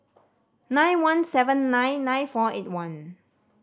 nine one seven nine nine four eight one